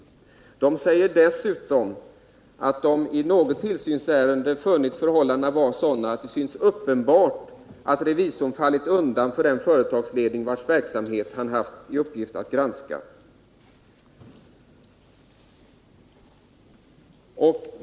Man anför dessutom att man i något tillsynsärende funnit förhållandena vara sådana att det synes uppenbart att revisorn fallit undan för den företagsledning vars verksamhet han haft i uppgift att granska.